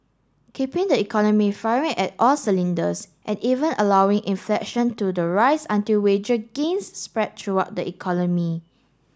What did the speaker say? keeping the economy firing at all cylinders and even allowing inflaction to the rise until wage gains spread throughout the economy